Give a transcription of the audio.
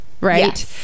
right